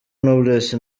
knowless